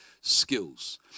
skills